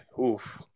Oof